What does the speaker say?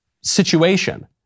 situation